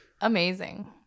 amazing